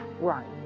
right